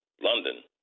London